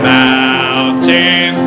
mountain